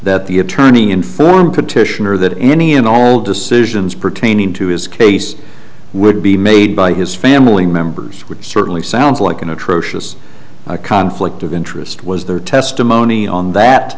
that the attorney informed petitioner that any and all decisions pertaining to his case would be made by his family members would certainly sounds like an atrocious conflict of interest was the testimony on that